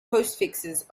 postfixes